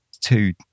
two